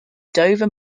dover